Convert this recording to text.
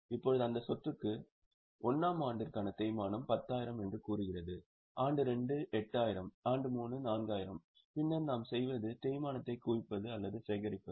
இப்போது அந்த சொத்துக்கு 1 ஆம் ஆண்டிற்கான தேய்மானம் 10000 என்று கூறுகிறது ஆண்டு 2 8000 ஆண்டு 3 4000 பின்னர் நாம் செய்வது தேய்மானத்தை குவிப்பது அல்லது சேகரிப்பது